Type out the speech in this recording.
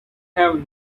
have